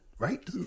Right